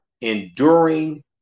enduring